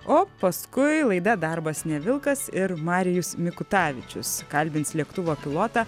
o paskui laida darbas ne vilkas ir marijus mikutavičius kalbins lėktuvo pilotą